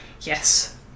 yes